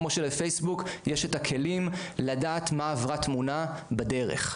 כמו שלפייסבוק יש את הכלים לדעת מה עברה תמונה בדרך,